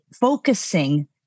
focusing